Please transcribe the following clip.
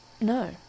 No